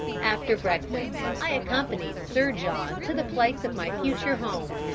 after breakfast, i accompanied sir john to the place of my future home.